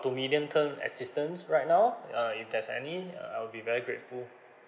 to medium term assistance right now uh if there's any I'll be very grateful